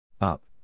up